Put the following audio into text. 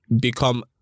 become